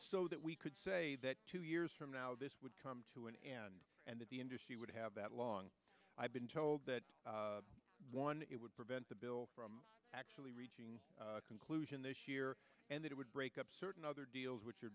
so that we could say that two years from now this would come to an end and that the industry would have that long i've been told that one it would prevent the bill from actually reaching a conclusion this year and that it would break up certain other deals which